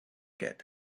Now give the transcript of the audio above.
get